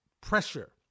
pressure